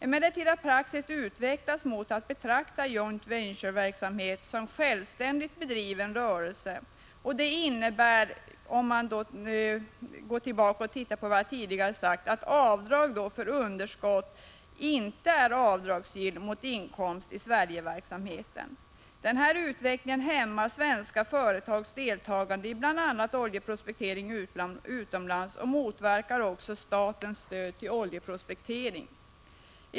Emellertid har praxis utvecklats mot att betrakta joint venture-verksamhet som självständigt bedriven rörelse, vilket mot bakgrund av vad jag tidigare har sagt innebär att avdrag för underskott i denna inte är avdragsgill mot inkomsterna i Sverigeverksamheten. Den här utvecklingen hämmar svenska företags deltagande i bl.a. oljeprospekteringsverksamhet utomlands och motverkar också statens stöd till oljeprospektering.